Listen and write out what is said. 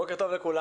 בוקר טוב לכולם.